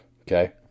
okay